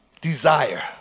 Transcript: Desire